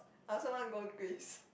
I also want go Greece